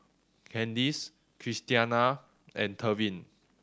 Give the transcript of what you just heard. Candice Christiana and Tevin